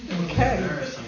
Okay